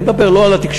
אני מדבר לא על התקשורת,